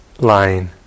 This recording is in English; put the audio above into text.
line